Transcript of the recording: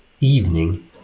evening